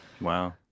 Wow